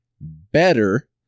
better